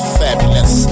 fabulous